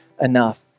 enough